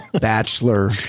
Bachelor